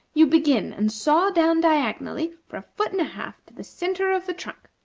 you begin and saw down diagonally, for a foot and a half, to the centre of the trunk.